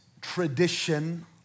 tradition